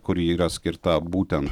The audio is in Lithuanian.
kuri yra skirta būtent